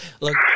Look